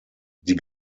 die